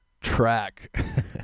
track